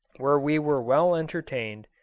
where we were well entertained,